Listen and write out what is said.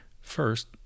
First